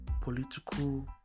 political